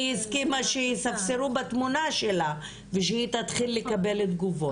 הסכימה שיספסרו בתמונה שלה ושהיא תתחיל לקבל תגובות.